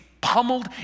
pummeled